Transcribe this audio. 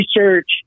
research